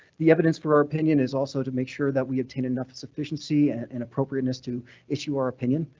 the evidence for our opinion is also to make sure that we obtain enough sufficiency and and appropriateness to issue our opinion.